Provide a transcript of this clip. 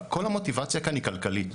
כל המוטיבציה כאן היא כלכלית,